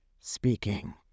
Speaking